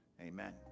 Amen